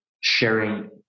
sharing